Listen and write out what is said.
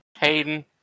Hayden